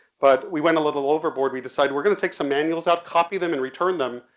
but we went a little overboard. we decided we're gonna take some manuals out, copy them, and return them,